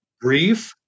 brief